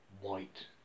white